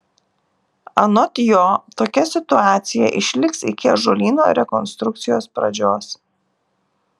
anot jo tokia situacija išliks iki ąžuolyno rekonstrukcijos pradžios